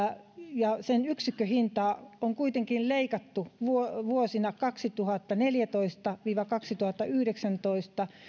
ja sen yksikköhintaa on kuitenkin leikattu vuosina vuosina kaksituhattaneljätoista viiva kaksituhattayhdeksäntoista